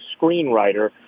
screenwriter